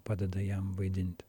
padeda jam vaidinti